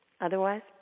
Otherwise